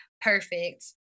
perfect